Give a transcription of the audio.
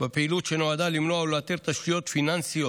בפעילות שנועדה למנוע ולאתר תשתיות פיננסיות